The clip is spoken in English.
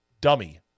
dummy